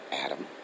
Adam